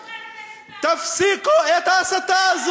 ומה עם ההסתה של